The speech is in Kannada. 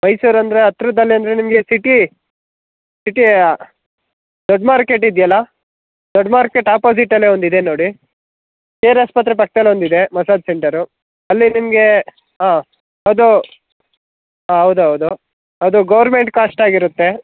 ಮೈಸೂರು ಅಂದರೆ ಹತ್ರದಲ್ಲೇ ಅಂದರೆ ನಿಮಗೆ ಸಿಟಿ ಸಿಟಿಯ ದೊಡ್ಡ ಮಾರ್ಕೆಟ್ ಇದೆಯಲ್ಲ ದೊಡ್ಡ ಮಾರ್ಕೆಟ್ ಆಪೊಸಿಟಲ್ಲೇ ಒಂದು ಇದೆ ನೋಡಿ ಕೆ ಆರ್ ಆಸ್ಪತ್ರೆ ಪಕ್ದಲ್ಲಿ ಒಂದು ಇದೆ ಮಸಾಜ್ ಸೆಂಟರು ಅಲ್ಲಿ ನಿಮಗೆ ಹಾಂ ಅದು ಹಾಂ ಹೌದ್ ಹೌದು ಅದು ಗೌರ್ಮೆಂಟ್ ಕಾಸ್ಟ್ ಆಗಿರುತ್ತೆ